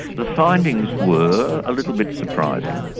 the findings were a little bit surprising.